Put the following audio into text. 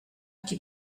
qui